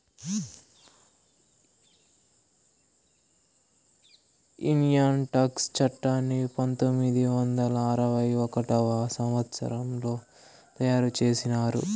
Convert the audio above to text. income tax చట్టాన్ని పంతొమ్మిది వందల అరవై ఒకటవ సంవచ్చరంలో తయారు చేసినారు